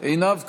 עינב קאבלה,